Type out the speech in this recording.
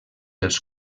els